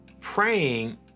praying